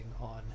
on